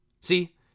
See